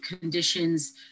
conditions